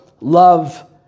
love